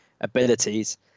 abilities